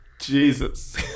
Jesus